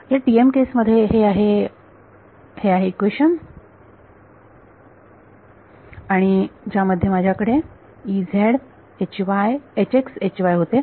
ह्या TM case मध्ये हे आहे हे आहे इक्वेशन की ज्या मध्ये माझ्याकडे होते